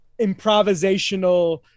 improvisational